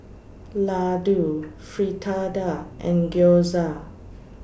Ladoo Fritada and Gyoza